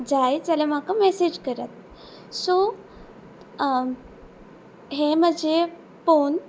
जाय जाल्यार म्हाका मॅसेज करात सो हें म्हजें पळोवन